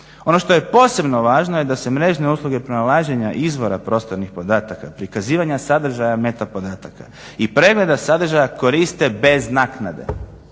ono što je posebno važno je da se mrežne usluge pronalaženja izvora prostornih podataka, prikazivanje sadržaja meta podataka i pregleda sadržaja koriste bez naknade